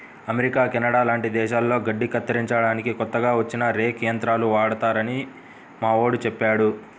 America, Canada లాంటి దేశాల్లో గడ్డి కత్తిరించడానికి కొత్తగా వచ్చిన రేక్ యంత్రాలు వాడతారని మావోడు చెప్పాడు